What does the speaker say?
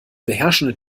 beherrschende